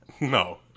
no